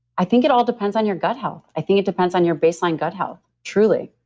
i think it all depends on your gut health. i think it depends on your baseline gut health, truly.